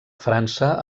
frança